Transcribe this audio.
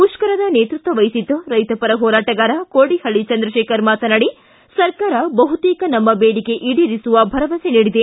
ಮುಷ್ಕರದ ನೇತೃತ್ವದ ವಹಿಸಿದ್ದ ರೈತಪರ ಹೋರಾಟಗಾರ ಕೋಡಿಹಳ್ಳಿ ಚಂದ್ರಶೇಖರ್ ಮಾತನಾಡಿ ಸರ್ಕಾರ ಬಹುತೇಕ ನಮ್ಮ ಬೇಡಿಕೆ ಈಡೇರಿಸುವ ಭರವಸೆ ನೀಡಿದೆ